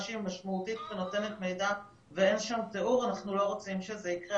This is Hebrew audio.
שהיא משמעותית ונותנת מידע ואין שם תיאור אנחנו לא רוצים שזה יקרה,